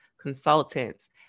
consultants